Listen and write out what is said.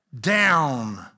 down